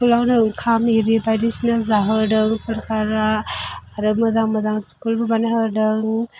स्कुलावनो ओंखाम आरि बायदिसिना जाहोदों सोरखारा आरो मोजां मोजां स्कुलबो बानायना होदों